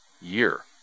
year